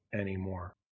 anymore